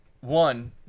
one